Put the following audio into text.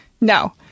No